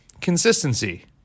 consistency